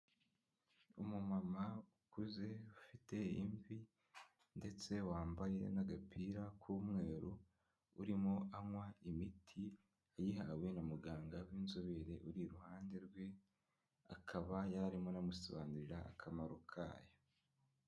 Umumama ukuze ufite imvi ndetse wambaye n'agapira k'umweru, urimo anywa imiti ayihawe na muganga w'inzobere uri iruhande rwe akaba yari arimo anamusobanurira akamaro kayo.